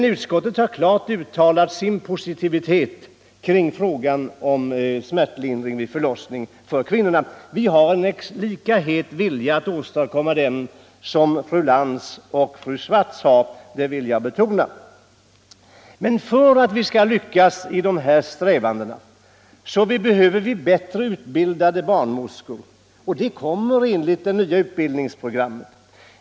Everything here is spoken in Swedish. Utskottet har klart uttalat sin positiva in ställning till frågan om smärtlindring vid förlossning. Vi har en lika het vilja att åstadkomma sådan som fru Lantz och fru Swartz har. Men för att vi skall lyckas i dessa strävanden behöver vi bättre utbildade barnmorskor, och det kommer vi att få enligt det nya utbildningsprogrammet.